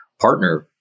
partner